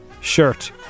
Shirt